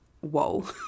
whoa